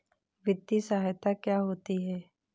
वित्तीय सहायता क्या होती है?